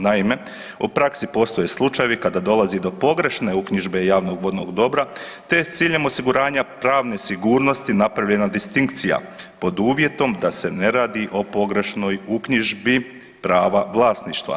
Naime, u praksi postoje slučajevi kada dolazi do pogrešne uknjižbe javnog vodnog dobra te je s ciljem osiguranja pravne sigurnosti napravljena distinkcija pod uvjetom da se ne radi o pogrešnoj uknjižbi prava vlasništva.